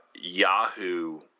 Yahoo –